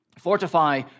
fortify